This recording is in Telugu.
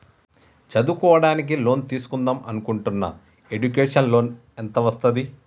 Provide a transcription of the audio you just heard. చదువుకోవడానికి లోన్ తీస్కుందాం అనుకుంటున్నా ఎడ్యుకేషన్ లోన్ ఎంత వస్తది?